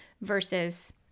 versus